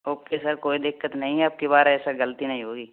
okay sir कोई दिक्कत नहीं है अबकी बार ऐसी गलती नहीं होगी